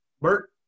Bert